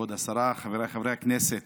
כבוד השרה, חבריי חברי הכנסת,